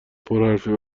پرحرفی